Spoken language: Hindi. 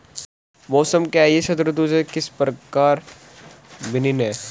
मौसम क्या है यह ऋतु से किस प्रकार भिन्न है?